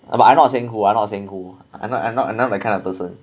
but I'm not saying who ah not saying who I not I not that kind of person